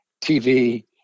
TV